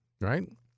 right